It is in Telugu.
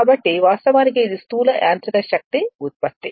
కాబట్టి వాస్తవానికి ఇది స్థూల యాంత్రిక శక్తి ఉత్పత్తి